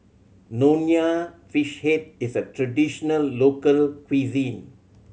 Nonya Fish Head is a traditional local cuisine